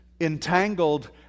entangled